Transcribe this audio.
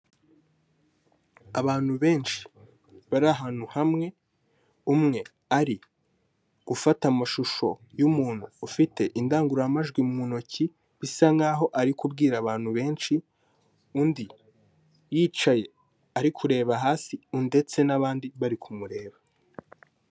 Abantu benshi bari ahantu hamwe, umwe ari gufata amashusho y'umuntu ufite indangururamajwi mu ntoki, bisa nk'aho ari kubwira abantu benshi, undi yicaye ari kureba hasi ndetse n'abandi bari kumureba.